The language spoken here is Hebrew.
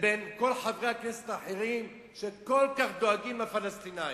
לבין כל חברי הכנסת האחרים שכל כך דואגים לפלסטינים.